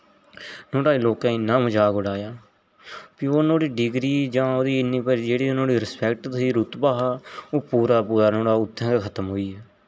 नुआड़ा लोके इन्ना मजाक उडाया फ्ही ओह् नोह्ड़ी डिग्री जां ओह्दी इन्नी पर जेह्ड़ियां नोह्ड़ी रिस्पेक्ट ही रुतवा हा ओह् पूरा पूरा नोह्ड़ा उत्थें जा खतम होई आ